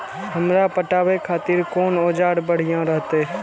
हमरा पटावे खातिर कोन औजार बढ़िया रहते?